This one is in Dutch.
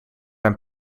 een